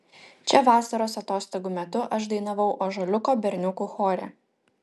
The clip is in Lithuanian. čia vasaros atostogų metu aš dainavau ąžuoliuko berniukų chore